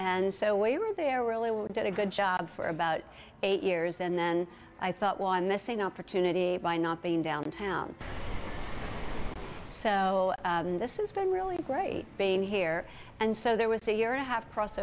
and so we were there really were did a good job for about eight years and then i thought one missing opportunity by not being downtown so this is been really great being here and so there was a year i have cross